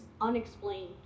unexplained